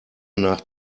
nach